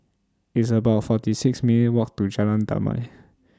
It's about forty six minutes' Walk to Jalan Damai